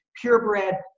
purebred